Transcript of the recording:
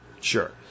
Sure